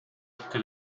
tutte